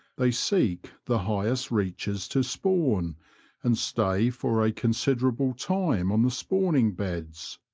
they seek the highest reaches to spawn and stay for a considerable time on the spawning beds.